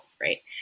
right